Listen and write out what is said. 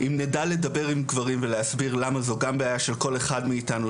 אם נדע לדבר עם גברים ולהסביר למה זו גם בעיה של כל אחד מאתנו,